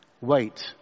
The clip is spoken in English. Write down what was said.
wait